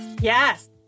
Yes